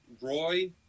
Roy